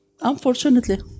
unfortunately